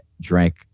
drank